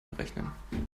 berechnen